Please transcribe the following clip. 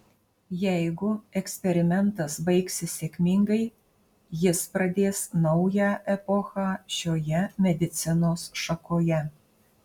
jeigu eksperimentas baigsis sėkmingai jis pradės naują epochą šioje medicinos šakoje